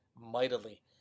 mightily